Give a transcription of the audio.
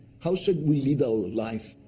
how should we lead our life,